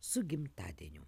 su gimtadieniu